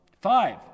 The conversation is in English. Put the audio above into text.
Five